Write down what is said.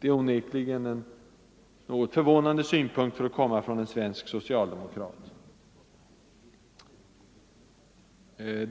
Det är onekligen en något förvånande synpunkt för att komma från en svensk socialdemokrat.